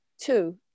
two